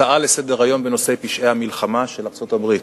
הצעה לסדר-היום בנושא פשעי המלחמה של ארצות-ברית.